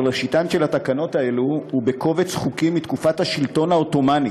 אבל ראשיתן של התקנות האלה היא בקובץ חוקים מתקופת השלטון העות'מאני,